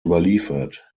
überliefert